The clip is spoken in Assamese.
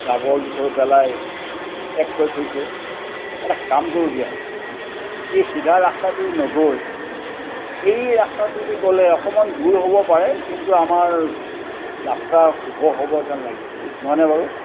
জাবৰ জোঁথৰ পেলাই ঠেক কৰি থৈছে এটা কাম কৰোঁ দিয়া এই চিধা ৰাস্তাটোৱে নগৈ এই ৰাস্তাটোৱেদি গ'লে অকণমান দূৰ হ'ব পাৰে কিন্তু আমাৰ যাত্ৰা শুভ হ'ব যেন লাগিছে নহয়নে বাৰু